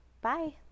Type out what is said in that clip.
Bye